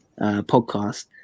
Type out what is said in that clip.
podcast